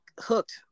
hooked